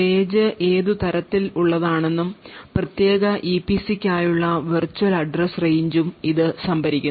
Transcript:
page ഏതു തരത്തിൽ ഉള്ളതാണെന്നും പ്രത്യേക ഇപിസിക്കായുള്ള വെർച്വൽ address range ഉം ഇത് സംഭരിക്കുന്നു